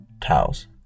Towels